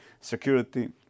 Security